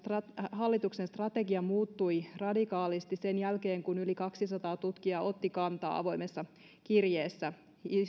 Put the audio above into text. hallituksen strategia muuttui radikaalisti sen jälkeen kun yli kaksisataa tutkijaa otti kantaa avoimessa kirjeessä